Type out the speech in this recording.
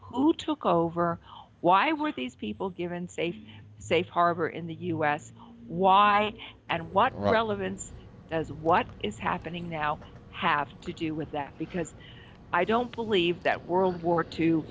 who took over why were these people given safe safe harbor in the u s why and what relevance does what is happening now have to do with that because i don't believe that world war two